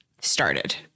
started